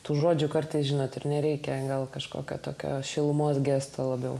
tų žodžių kartais žinot ir nereikia gal kažkokio tokio šilumos gesto labiau